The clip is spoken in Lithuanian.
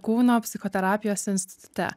kūno psichoterapijos institute